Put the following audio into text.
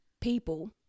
people